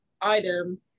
item